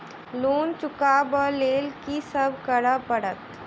Loan चुका ब लैल की सब करऽ पड़तै?